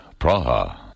Praha